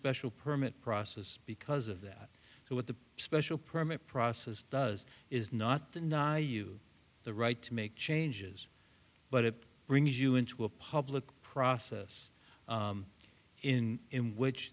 special permit process because of that so what the special permit process does is not the not the right to make changes but it brings you into a public process in which